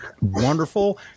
wonderful